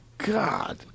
God